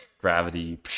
Gravity